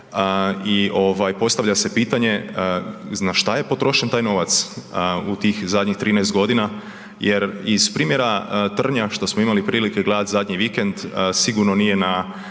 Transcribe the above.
postavlja se pitanje na šta je potrošen taj novac u tih zadnjih 13.g. jer iz primjera Trnja što smo imali prilike gledat zadnji vikend sigurno nije na